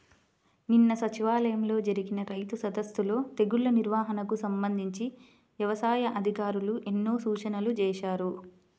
నిన్న సచివాలయంలో జరిగిన రైతు సదస్సులో తెగుల్ల నిర్వహణకు సంబంధించి యవసాయ అధికారులు ఎన్నో సూచనలు చేశారు